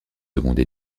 seconde